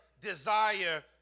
desire